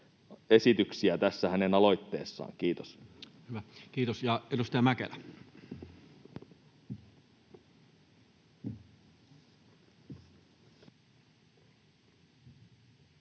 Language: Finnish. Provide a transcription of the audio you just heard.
esityksiä tässä hänen aloitteessaan. — Kiitos. Kiitos. — Edustaja Mäkelä.